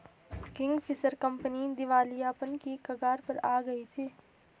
Kingfisher company दिवालियापन की कगार पर आ गई थी